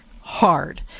hard